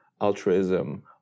altruism